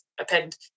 append